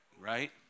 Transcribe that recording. right